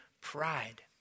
pride